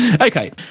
okay